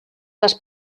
les